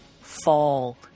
fall